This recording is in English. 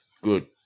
Good